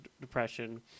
Depression